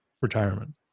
retirement